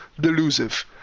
delusive